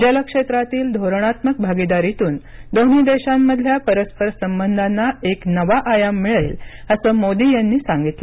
जल क्षेत्रातील धोरणात्मक भागीदारीतून दोन्ही देशांमधल्या परस्परसंबधांना एक नवा आयाम मिळेल असं मोदी यांनी सांगितलं